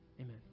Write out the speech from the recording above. Amen